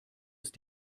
ist